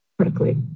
correctly